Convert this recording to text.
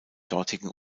dortigen